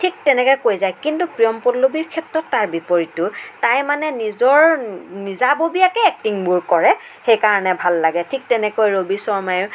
ঠিক তেনেকৈ কৈ যায় কিন্তু প্ৰিয়ম পল্লৱীৰ ক্ষেত্ৰত তাৰ বিপৰীতটো তাই মানে নিজৰ নিজাববীয়াকৈ এক্টিংবোৰ কৰে সেইকাৰণে ভাল লাগে ঠিক তেনেকৈ ৰবি শৰ্মাইয়ো